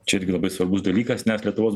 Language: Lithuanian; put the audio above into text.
čia irgi labai svarbus dalykas nes lietuvos